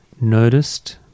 noticed